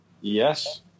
Yes